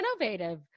innovative